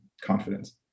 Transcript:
confidence